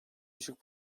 düşük